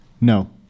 No